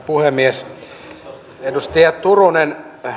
puhemies edustaja turunen